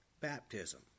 baptism